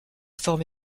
forme